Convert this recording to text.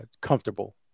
comfortable